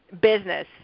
business